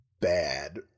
bad